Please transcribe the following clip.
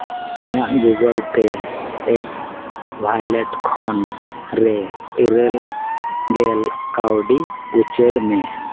ᱤᱧᱟᱹᱜ Google Pay app wallet ᱠᱷᱚᱱ ᱨᱮ ᱤᱨᱟᱹᱞ ᱜᱮᱞ ᱠᱟᱹᱣᱰᱤ ᱩᱪᱟᱹᱲ ᱢᱮ